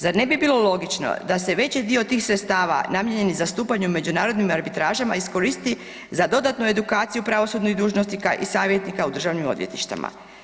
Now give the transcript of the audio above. Zar ne bi bilo logično da se veći dio tih sredstava namijenjenih u zastupanju u međunarodnim arbitražama iskoristi za dodatnu edukaciju pravosudnih dužnosnika i savjetnika u državnim odvjetništvima?